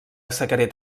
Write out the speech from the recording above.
secret